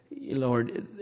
Lord